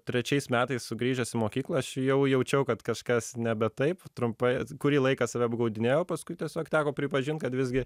trečiais metais sugrįžęs į mokyklą aš jau jaučiau kad kažkas nebe taip trumpai kurį laiką save apgaudinėjau paskui tiesiog teko pripažint kad visgi